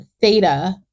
theta